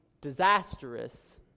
disastrous